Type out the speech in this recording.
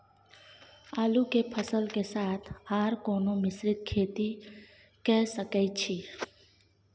आलू के फसल के साथ आर कोनो मिश्रित खेती के सकैछि?